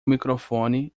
microfone